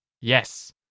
Yes